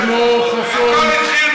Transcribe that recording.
כמו חסון,